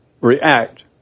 react